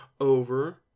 over